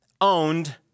owned